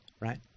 right